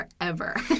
forever